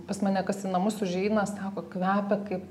pas mane kas į namus užeina sako kvepia kaip